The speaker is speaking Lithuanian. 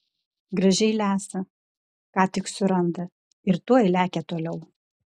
gražiai lesa ką tik suranda ir tuoj lekia toliau